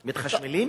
מתחשמלים,